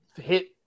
hit